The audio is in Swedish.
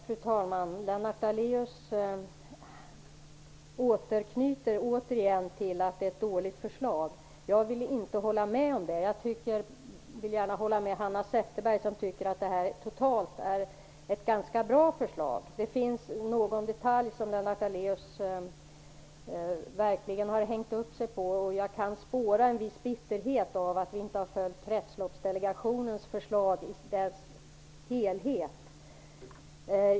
Fru talman! Lennart Daléus säger åter igen att det är ett dåligt förslag. Jag vill inte hålla med om det. Jag håller med Hanna Zetterberg om att det här totalt sett är ett ganska bra förslag. Det finns detaljer som Lennart Daléus verkligen har hängt upp sig på. Jag kan spåra en viss bitterhet över att vi inte har följt Kretsloppsdelegationens förslag i dess helhet.